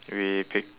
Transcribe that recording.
we pick